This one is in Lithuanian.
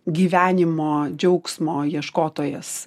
gyvenimo džiaugsmo ieškotojas